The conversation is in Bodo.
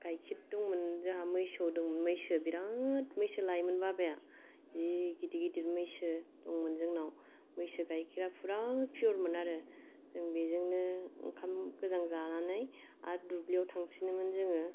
गाइखेर दंमोन जोंहा मैसो दंमोन मैसोया बिराद मैसो लायोमोन बाबाया जि गिदिर गिदिर मैसो दंमोन जोंनाव मैसो गाइखेरा बिराद फिय'रमोन आरो जों बेजोंनो ओंखाम गोजां जानानै आरो दुब्लियाव थांफिनोमोन जोङो